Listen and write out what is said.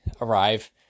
arrive